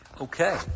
Okay